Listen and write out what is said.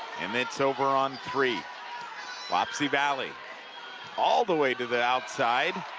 and it's over on three wapsie valley all the way to the outside,